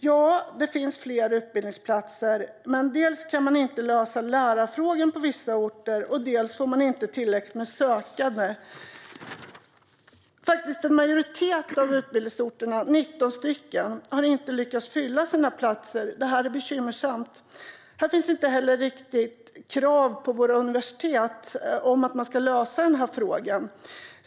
Ja, det finns fler utbildningsplatser. Men dels kan man inte lösa lärarfrågan på vissa orter, dels får man inte tillräckligt med sökande. En majoritet av utbildningsorterna, 19 stycken, har inte lyckats fylla sina platser. Det är bekymmersamt. Det finns inte heller något riktigt krav på våra universitet att lösa den frågan.